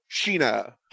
Sheena